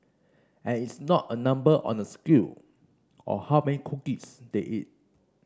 and it's not a number on a scale or how many cookies they eat